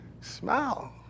smile